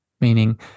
meaning